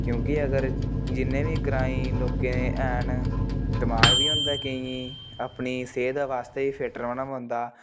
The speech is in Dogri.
क्योंकि अगर जिन्ने बी ग्राईं लोकें दे हैन दमाग बी होंदा केइयें अपनी सेह्त बास्तै बी फिट रौह्ना पौंदा